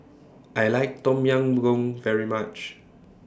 I like Tom Yam Goong very much